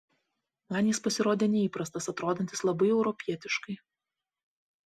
man jis pasirodė neįprastas atrodantis labai europietiškai